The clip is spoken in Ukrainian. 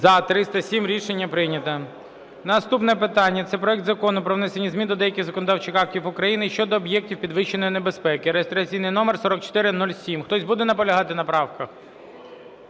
За-307 Рішення прийнято. Наступне питання. Це проект Закону про внесення змін до деяких законодавчих актів України щодо об'єктів підвищеної небезпеки (реєстраційний номер 4407). Хтось буде наполягати на правках?